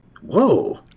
Whoa